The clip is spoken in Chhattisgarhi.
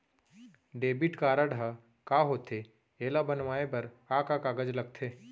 डेबिट कारड ह का होथे एला बनवाए बर का का कागज लगथे?